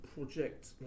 Project